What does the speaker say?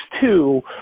two